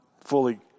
fully